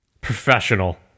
professional